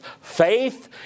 faith